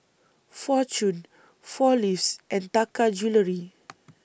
Fortune four Leaves and Taka Jewelry